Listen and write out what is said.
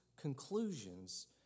conclusions